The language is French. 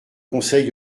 conseil